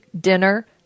dinner